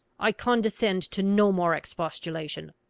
i condescend to no more expostulation.